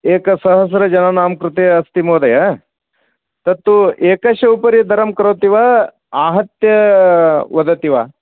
एकसहस्रजनानां कृते अस्ति महोदय तत्तु एकस्य उपरि दरं करोति वा आहत्य वदति वा